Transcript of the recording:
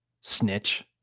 Snitch